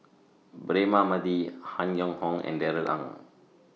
Braema Mathi Han Yong Hong and Darrell Ang